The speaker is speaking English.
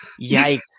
yikes